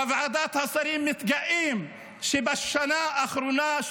בוועדת השרים מתגאים שבשנה האחרונה,